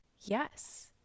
yes